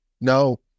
no